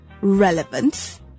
Relevance